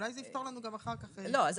אולי זה יפתור לנו אחר כך --- שוב,